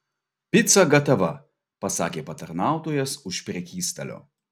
pica gatava pasakė patarnautojas už prekystalio